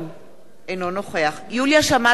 אינו נוכח יוליה שמאלוב-ברקוביץ,